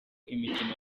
imikino